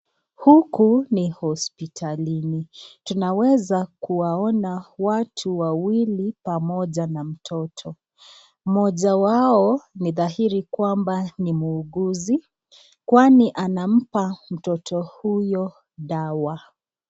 Huku ni hospitalini. Tunaweza kuwaona watu wawili pamoja na mtoto. Mmoja wao ni dhahiri kwamba ni muuguzi kwani anampa mtoto huyo dawa.